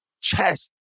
chest